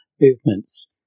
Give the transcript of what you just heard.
movements